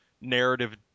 narrative